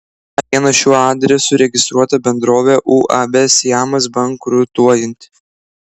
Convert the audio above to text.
dar viena šiuo adresu registruota bendrovė uab siamas bankrutuojanti